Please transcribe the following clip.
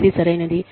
ఏది సరైనది